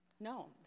no